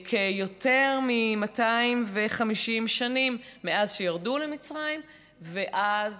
יותר מ-250 שנים מאז שירדו למצרים ועד